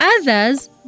Others